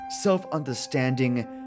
self-understanding